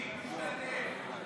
אני לא משתתף.